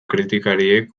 kritikariek